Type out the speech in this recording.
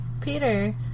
Peter